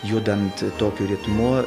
judant tokiu ritmu